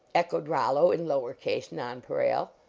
echoed rollo, in lower case non pareil.